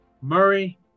Murray